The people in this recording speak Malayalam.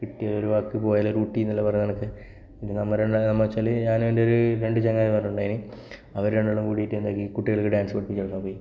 കിട്ടിയാൽ ഒരു വാക്ക് പോയാൽ ഒരു ഊട്ടി എന്നെല്ലാം പറയുന്ന കണക്കെ നമ്മൾ എന്നുവച്ചാൽ ഞാനും എൻ്റെ ഒരു രണ്ട് ചങ്ങാതിമാരുണ്ട് ഉണ്ടായി അവർ രണ്ടാളും കൂടിയിട്ട് എന്താക്കി കുട്ടികൾക്ക് ഡാൻസ് പഠിപ്പിക്കാൻ പോയി